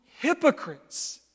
hypocrites